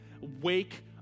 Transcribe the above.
wake